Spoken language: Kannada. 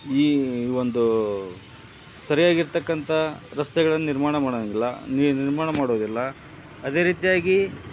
ಈ ಒಂದು ಸರಿಯಾಗಿರತಕ್ಕಂಥ ರಸ್ತೆಗಳನ್ನು ನಿರ್ಮಾಣ ಮಾಡಂಗಿಲ್ಲ ನಿರ್ಮಾಣ ಮಾಡುವುದಿಲ್ಲ ಅದೇ ರೀತಿಯಾಗಿ